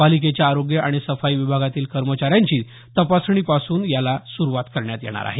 पालिकेच्या आरोग्य आणि सफाई विभागातील कर्मचाऱ्यांची तपासणी पासून याला सुरुवात करण्यात येणार आहे